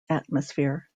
atmosphere